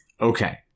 Okay